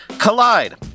Collide